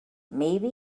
maybe